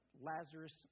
Lazarus